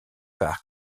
par